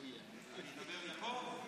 אני אדבר מפה?